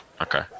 Okay